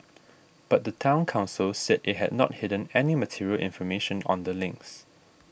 but the Town Council said it had not hidden any material information on the links